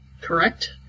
correct